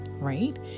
Right